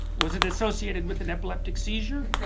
was it associated with an epileptic seizure?